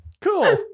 Cool